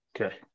Okay